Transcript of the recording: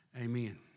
Amen